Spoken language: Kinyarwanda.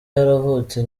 yaravutse